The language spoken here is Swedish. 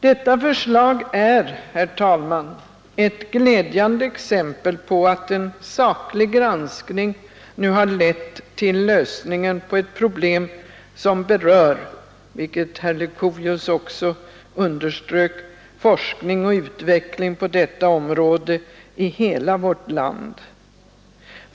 Detta förslag är, herr talman, ett glädjande exempel på att en statlig granskning nu har lett till lösningen på ett problem som berör — vilket herr Leuchovius också underströk — forskning och utveckling på detta område i hela vårt land.